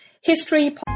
history